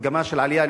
מגמה של עלייה,